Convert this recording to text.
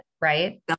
right